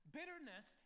Bitterness